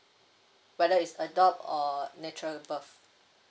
whether it's adopt or natural birth